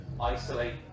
isolate